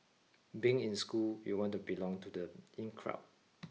being in school you want to belong to the in crowd